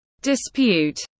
dispute